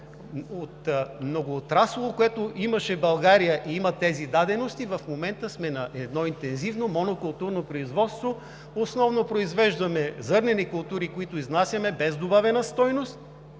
производство, което имаше България и има тези дадености, в момента сме на едно интензивно монокултурно производство. Основно произвеждаме зърнени култури, които изнасяме без добавена стойност,